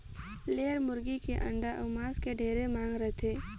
layer मुरगी के अंडा अउ मांस के ढेरे मांग रहथे